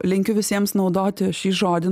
linkiu visiems naudoti šį žodį